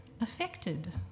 affected